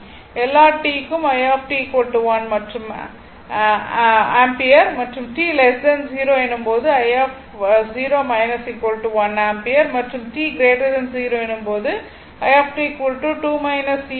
எல்லா t க்கும் i 1 ampere மற்றும் t 0 எனும் போது i0 1 ஆம்பியர் மற்றும் t 0 எனும் போது ஆம்பியர் ஆகும்